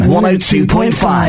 102.5